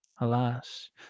Alas